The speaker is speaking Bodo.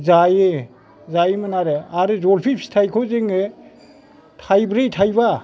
जायो जायोमोन आरो आरो जलफि फिथायखौ जोङो थाइब्रै थाइबा